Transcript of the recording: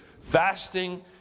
fasting